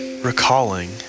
recalling